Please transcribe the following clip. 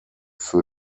für